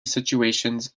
situations